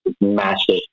massive